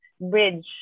bridge